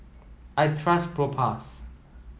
I trust Propass